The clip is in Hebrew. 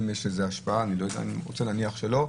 אם יש איזו השפעה אני לא יודע אני רוצה להניח שלא.